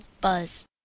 buzz